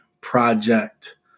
project